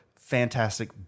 Fantastic